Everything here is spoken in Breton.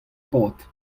pad